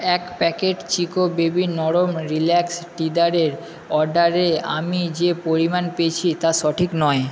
এক packet Chicco baby নরম relax টিদারের অর্ডারে আমি যে পরিমাণ পেয়েছি তা সঠিক নয়